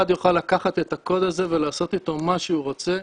יוכל לקחת את הקוד הזה ולעשות איתו מה שהוא רוצה.